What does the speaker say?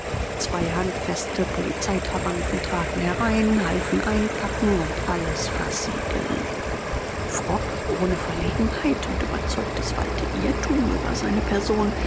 zwei handfeste polizeitrabanten traten herein halfen einpacken und alles versiegeln frock ohne verlegenheit und überzeugt es walte irrtum über seine person